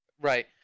right